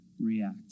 react